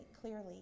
clearly